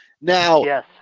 Now